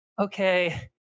okay